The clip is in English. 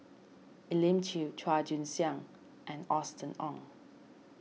Elim Chew Chua Joon Siang and Austen Ong